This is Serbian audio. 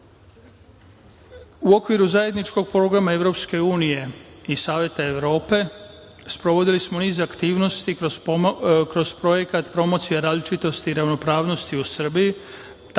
okviru zajedničkog programa EU i Saveta Evrope, sprovodili smo niz aktivnosti kroz projekat „Promocija različitosti i ravnopravnosti u Srbiji“,